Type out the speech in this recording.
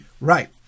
Right